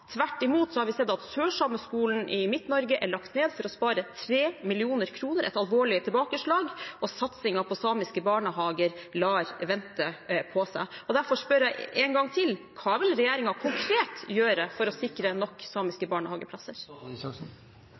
Tvert imot har vi sett at Sameskolen for Midt-Norge er lagt ned for å spare 3 mill. kr, et alvorlig tilbakeslag, og satsingen på samiske barnehager lar vente på seg. Derfor spør jeg én gang til: Hva vil regjeringen konkret gjøre for å sikre nok samiske barnehageplasser?